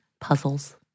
Puzzles